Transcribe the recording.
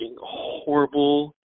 horrible